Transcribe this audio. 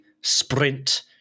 sprint